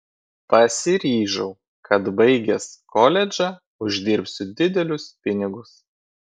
pasiryžau kad baigęs koledžą uždirbsiu didelius pinigus